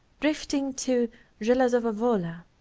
drifting to zelazowa-wola,